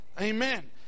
Amen